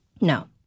No